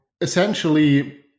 essentially